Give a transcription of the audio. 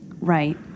Right